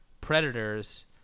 predators